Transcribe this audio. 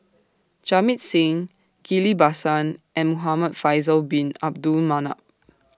Jamit Singh Ghillie BaSan and Muhamad Faisal Bin Abdul Manap